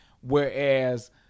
Whereas